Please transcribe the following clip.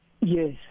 Yes